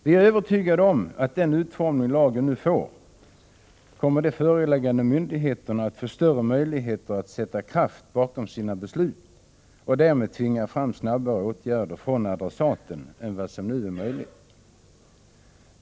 Vi är övertygade om att med den utformning lagen nu får kommer de föreläggande myndigheterna att få större möjligheter att sätta kraft bakom sina beslut och därmed tvinga fram snabbare åtgärder från adressaten än vad som nu är möjligt.